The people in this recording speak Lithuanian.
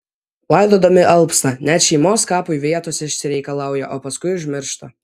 laidodami alpsta net šeimos kapui vietos išsireikalauja o paskui užmiršta